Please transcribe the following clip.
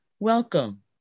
Welcome